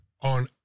on